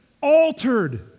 altered